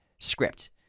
script